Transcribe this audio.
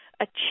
achieve